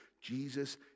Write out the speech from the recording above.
Jesus